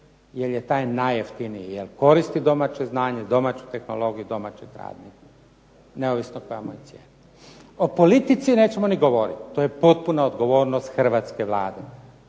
jer je taj najjeftiniji. Jer koristi domaće znanje, domaću tehnologiju i domaće …/Ne razumije se./… Neovisno o pravnoj cijeni. O politici nećemo ni govoriti. To je potpuna odgovornost hrvatske Vlade.